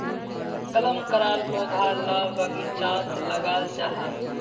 कलम कराल पौधा ला बगिचात लगाल जाहा